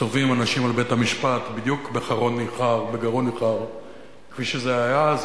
צובאים אנשים על בית-המשפט בדיוק בגרון ניחר כפי שזה היה אז.